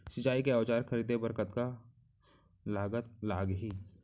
सिंचाई के औजार खरीदे बर कतका लागत लागही?